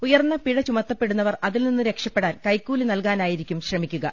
ഉയർന്ന പിഴ ചുമത്തപ്പെടുന്നവർ അതിൽനിന്ന് രക്ഷപ്പെടാൻ കൈക്കൂലിനൽകാനാ യിരിക്കും ശ്രമിക്കുക